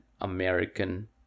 American